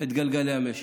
את גלגלי המשק,